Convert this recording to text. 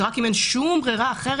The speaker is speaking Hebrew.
כך שרק אם אין שום בררה אחרת,